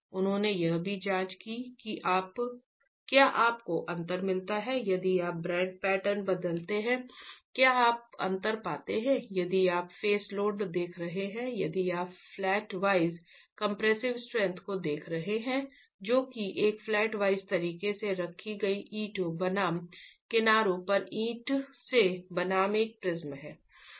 उन्होंने यह भी जांच की कि क्या आपको अंतर मिलता है यदि आप बांड पैटर्न बदलते हैं क्या आप अंतर पाते हैं यदि आप फेस लोडेड देख रहे हैं यदि आप फ्लैट वाइज कंप्रेसिव स्ट्रैंथ को देख रहे हैं जो कि एक फ्लैट वाइज तरीके से रखी गई ईंटों बनाम किनारे पर ईंट से बना एक प्रिज्म है